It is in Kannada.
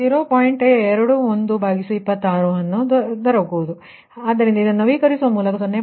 ಆದ್ದರಿಂದ ಇದನ್ನು ನವೀಕರಿಸುವ ಮೂಲಕ 0